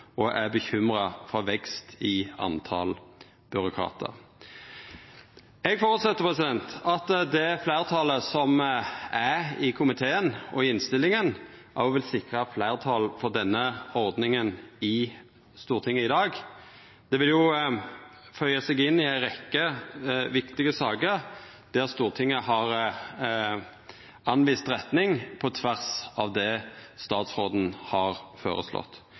og er bekymra for vekst i talet på byråkratar. Eg føreset at det fleirtalet som er i komiteen og i innstillinga, òg vil sikra fleirtal for denne ordninga i Stortinget i dag. Det vil føya seg inn i ei rekkje viktige saker der Stortinget har anvist retning på tvers av det statsråden har føreslått.